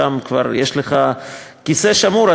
כבר יש לך כיסא שמור,